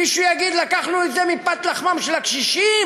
מישהו יגיד: לקחנו את זה מפת-לחמם של הקשישים,